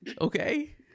Okay